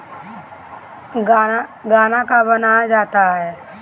गान्ना से का बनाया जाता है?